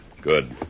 Good